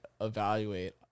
evaluate